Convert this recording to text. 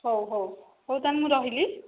ହଉ ହଉ ହଉ ତା'ହେଲେ ମୁଁ ରହିଲି